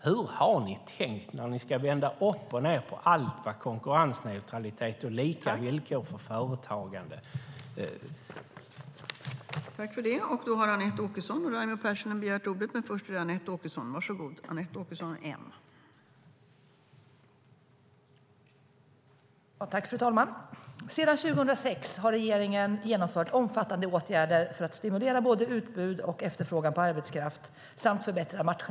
Hur har ni tänkt när ni ska vända upp och ned på allt vad konkurrensneutralitet och lika villkor för företagande heter?